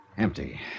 Empty